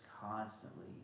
constantly